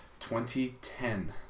2010